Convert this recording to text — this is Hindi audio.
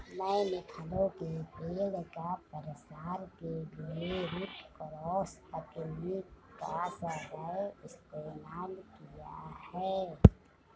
मैंने फलों के पेड़ का प्रसार के लिए रूट क्रॉस तकनीक का सदैव इस्तेमाल किया है